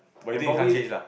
and probably